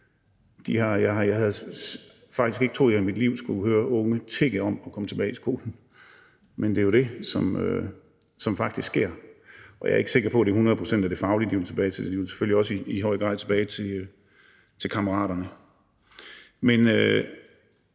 Jeg havde faktisk ikke troet, at jeg i mit liv skulle høre unge tigge om at komme tilbage i skole, men det er jo det, som faktisk sker. Jeg er ikke sikker på, at det hundrede procent er det faglige, de vil tilbage til; de vil selvfølgelig i høj grad også tilbage til kammeraterne.